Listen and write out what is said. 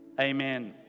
amen